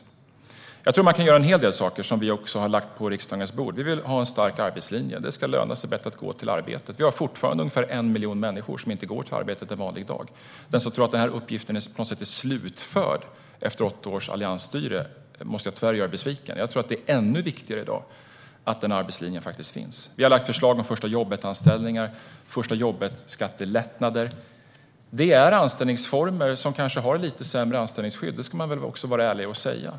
Jag tror att man kan göra en hel del saker, som vi också har lagt fram på riksdagens bord. Vi vill ha en stark arbetslinje. Det ska löna sig bättre att gå till arbetet. Vi har fortfarande ungefär 1 miljon människor som inte går till arbetet en vanlig dag. Den som tror att den här uppgiften på något sätt är slutförd efter åtta års alliansstyre måste jag tyvärr göra besviken. Jag tror att det är ännu viktigare i dag att arbetslinjen finns. Vi har lagt fram förslag om förstajobbetanställningar och skattelättnader för förstajobbet. Det här är anställningsformer som kanske har lite sämre anställningsskydd - det ska man vara ärlig och säga.